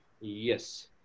yes